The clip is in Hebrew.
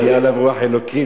"ותהי עליו רוח אלוקים",